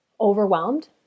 overwhelmed